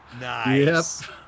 Nice